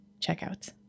checkout